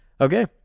Okay